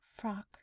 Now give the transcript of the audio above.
frock